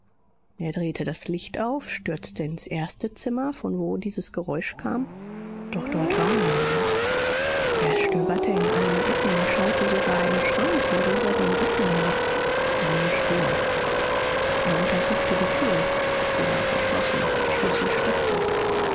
er drehte das licht auf stürzte ins erste zimmer von wo dieses geräusch kam doch dort war niemand er stöberte in allen ecken schaute sogar im schrank und unter dem bette nach keine spur er untersuchte die tür sie war verschlossen der schlüssel steckte